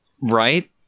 Right